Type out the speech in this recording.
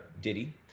Diddy